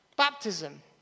baptism